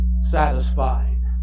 satisfied